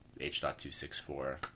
H.264